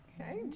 Okay